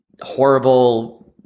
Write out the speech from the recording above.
horrible